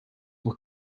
will